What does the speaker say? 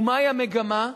ומהי המגמה?